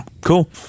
cool